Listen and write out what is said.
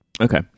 okay